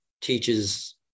teaches